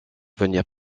venir